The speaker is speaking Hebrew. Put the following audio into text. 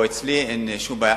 או אצלי, אין שום בעיה.